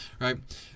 right